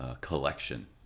collection